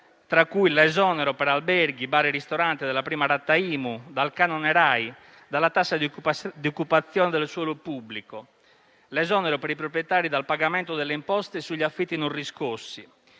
tra cui l'esonero per alberghi, bar e ristoranti dalla prima rata IMU, dal canone RAI, dalla tassa di occupazione del suolo pubblico; l'esonero per i proprietari dal pagamento delle imposte sugli affitti non riscossi;